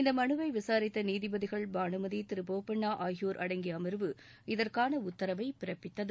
இந்தமனுவைவிசாரித்தநீதிபதிகள் பானுமதி திருபோப்பண்ணாஆகியோர் அடங்கியஅமர்வு இதற்கானஉத்தரவைபிறப்பித்தது